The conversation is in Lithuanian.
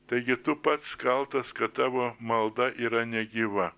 taigi tu pats kaltas kad tavo malda yra negyva